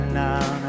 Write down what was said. now